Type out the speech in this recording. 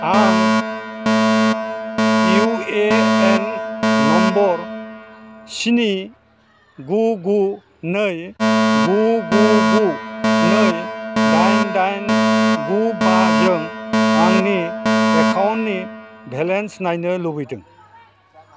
आं UAN number स्नि गु गु नै गु गु गु नै दाइन दाइन गु बाजों आंनि एकाउन्टनि बेलेन्स नायनो लुबैदों